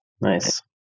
Nice